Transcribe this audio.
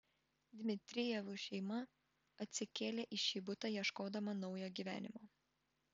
dmitrijevų šeima atsikėlė į šį butą ieškodama naujo gyvenimo